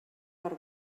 per